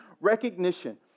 recognition